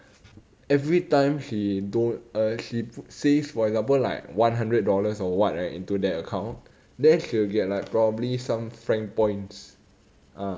every time she don't uh she saves for example like one hundred dollars or what right into that account then she will get like probably some frank points ah